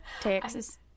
Texas